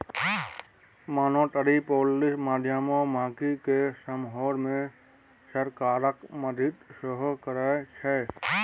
monetary policy माध्यमे महगी केँ समहारै मे सरकारक मदति सेहो करै छै